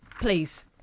Please